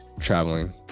traveling